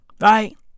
right